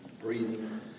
breathing